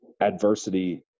adversity